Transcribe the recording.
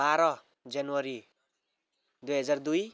बाह्र जनवरी दुई हजार दुई